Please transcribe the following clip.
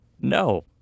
No